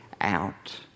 out